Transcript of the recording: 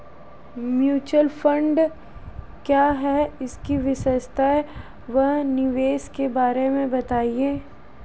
Mutual fund क्या है इसकी विशेषता व निवेश के बारे में बताइये?